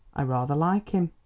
i rather like him.